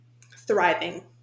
thriving